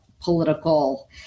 political